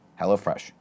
HelloFresh